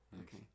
Okay